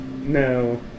No